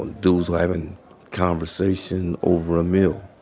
dudes were having conversation over a meal.